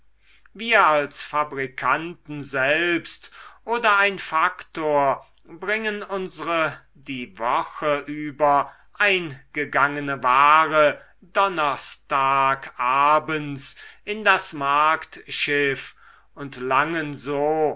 wir als fabrikanten selbst oder ein faktor bringen unsre die woche über eingegangene ware donnerstag abends in das marktschiff und langen so